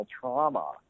trauma